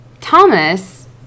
Thomas